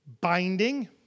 Binding